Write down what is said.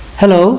Hello